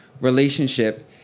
relationship